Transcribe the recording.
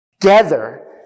together